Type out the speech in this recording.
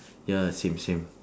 ya same same